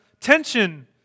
tension